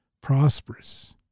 prosperous